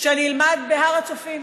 שאני אלמד בהר הצופים.